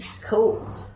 Cool